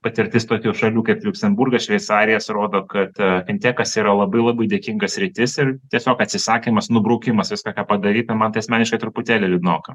patirtis tokių šalių kaip liuksemburgo šveicarijos rodo kad fintekas yra labai labai dėkinga sritis ir tiesiog atsisakymas nubraukimas viską ką padaryta man tai asmeniškai truputėlį liūdnoka